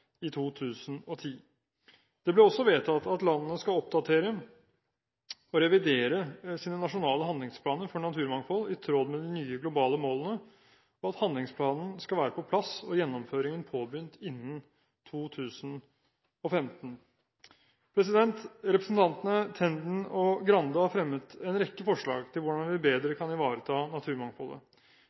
i 2010. Det ble også vedtatt at landene skal oppdatere og revidere sine nasjonale handlingsplaner for naturmangfold i tråd med de nye globale målene, og at handlingsplanen skal være på plass og gjennomføringen påbegynt innen 2015. Representantene Tenden og Skei Grande har fremmet en rekke forslag i dokumentet om hvordan vi bedre kan ivareta naturmangfoldet.